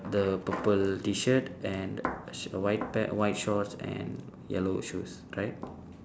the purple T-shirt and shir~ white pan~ white shorts and yellow shoes right